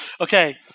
okay